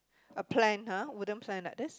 a plank ha wooden plank this